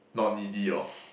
not needy orh